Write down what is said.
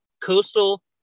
coastal